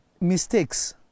mistakes